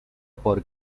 por